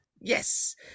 yes